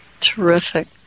Terrific